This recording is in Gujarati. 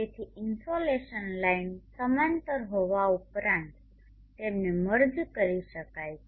તેથી ઇનસોલેશન લાઇન સમાંતર હોવા ઉપરાંત તેમને મર્જ કરી શકાય છે